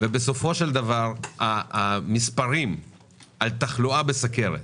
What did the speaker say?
בסופו של דבר המספרים על תחלואה בסוכרת